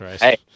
hey